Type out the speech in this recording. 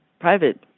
private